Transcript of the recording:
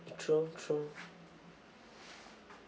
true true